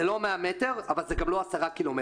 זה לא 100 מטר, אבל זה גם לא עשרה קילומטר.